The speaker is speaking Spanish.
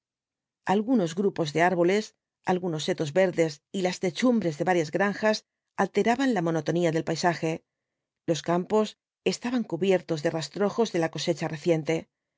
algunos grupos de árboles algunos setos verdes y las techumbres de varias granjas alteraban la monotonía del paisaje los campos estaban cubiertos de rastrojos de la cosecha reciente